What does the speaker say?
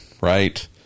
right